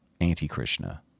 anti-Krishna